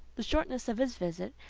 the shortness of his visit,